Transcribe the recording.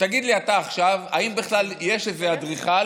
תגיד לי אתה עכשיו אם בכלל יש איזה אדריכל